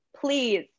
please